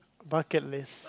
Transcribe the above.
bucket list